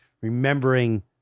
remembering